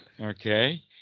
Okay